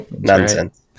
nonsense